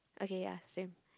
okay same